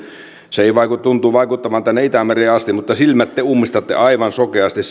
se tuntuu vaikuttavan tänne itämereen asti mutta silmät te ummistatte aivan sokeasti